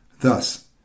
Thus